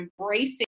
embracing